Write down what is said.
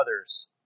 others